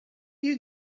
you